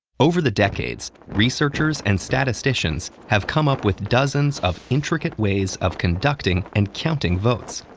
over the decades, researchers and statisticians have come up with dozens of intricate ways of conducting and counting votes,